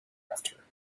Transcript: after